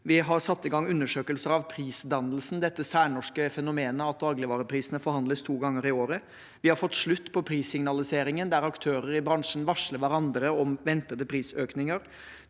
Vi har satt i gang undersøkelser av prisdannelsen – dette særnorske fenomenet at dagligvareprisene forhandles to ganger i året. Vi har fått slutt på prissignaliseringen der aktører i bransjen varsler hverandre om ventede prisøkninger.